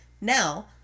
Now